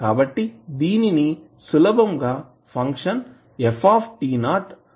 కాబట్టి దీనిని సులభంగా ఫంక్షన్ f అని చెప్పవచ్చు